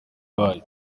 bayo